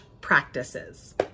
practices